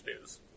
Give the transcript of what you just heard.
news